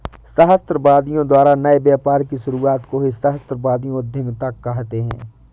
सहस्राब्दियों द्वारा नए व्यापार की शुरुआत को ही सहस्राब्दियों उधीमता कहते हैं